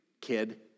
kid